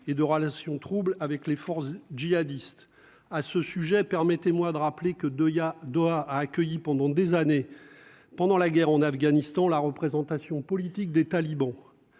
et de relations troubles avec les forces djihadistes à ce sujet, permettez-moi de rappeler que de à Doha a accueilli pendant des années, pendant la guerre en Afghanistan la représentation politique des talibans,